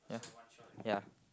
yeah yeah